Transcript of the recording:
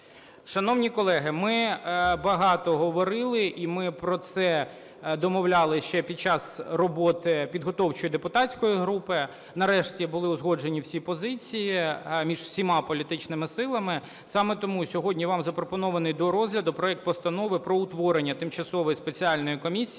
Шановні колеги, ми багато говорили і ми про це домовлялись ще під час роботи підготовчої депутатської групи. Нарешті були узгоджені всі позиції між всіма політичними силами. Саме тому сьогодні вам запропонований до розгляду проект Постанови про утворення Тимчасової спеціальної комісії